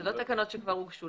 אלו לא תקנות שכבר הגישו.